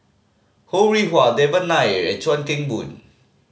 Ho Rih Hwa Devan Nair and Chuan Keng Boon